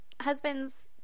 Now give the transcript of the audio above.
husband's